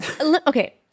Okay